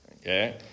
okay